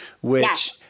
which-